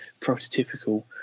prototypical